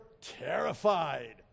terrified